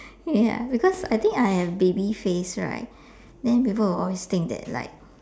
ya because I think I have baby face right then people will always think that like